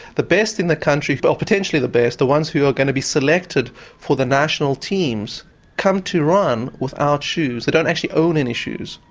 the best in the country or potentially the best, the ones who are going to be selected for the national teams come to run without shoes they don't actually own any shoes.